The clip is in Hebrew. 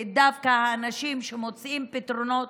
דווקא את האנשים שמוצאים פתרונות